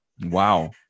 wow